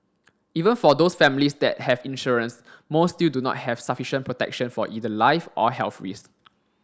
even for those families that have insurance most still do not have sufficient protection for either life or health risk